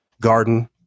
garden